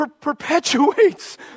perpetuates